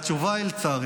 על הדס הקטנה,